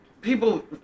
people